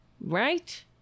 right